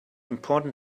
important